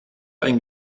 ein